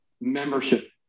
membership